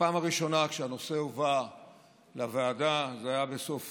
בפעם הראשונה שהנושא הובא לוועדה, זה היה בסוף